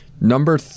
Number